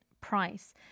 price